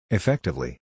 Effectively